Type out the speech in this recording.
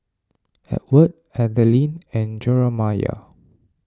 Edward Adalyn and Jeramiah